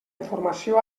informació